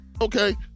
okay